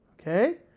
Okay